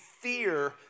fear